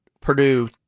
Purdue